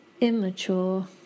immature